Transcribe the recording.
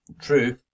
True